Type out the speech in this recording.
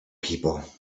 people